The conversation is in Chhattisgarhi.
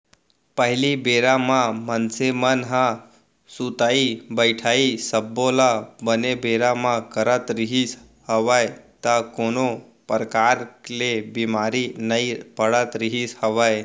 पहिली बेरा म मनसे मन ह सुतई बइठई सब्बो ल बने बेरा म करत रिहिस हवय त कोनो परकार ले बीमार नइ पड़त रिहिस हवय